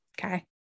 Okay